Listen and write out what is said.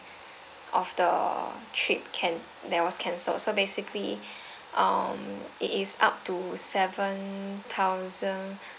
of the trip can~ that was cancel so basically um it is up to seven thousand